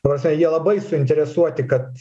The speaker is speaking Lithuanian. ta prasme jie labai suinteresuoti kad